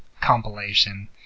compilation